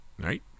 Right